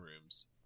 rooms